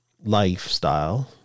lifestyle